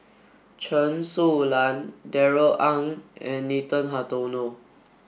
Chen Su Lan Darrell Ang and Nathan Hartono